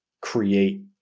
create